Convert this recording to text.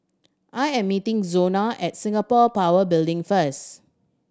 I am meeting Zona at Singapore Power Building first